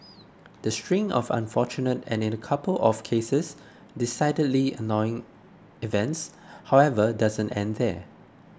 the string of unfortunate and in a couple of cases decidedly annoying events however doesn't end there